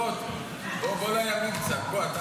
סוכות, בוא, בוא לימין קצת, בוא, אתה